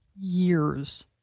Years